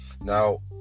now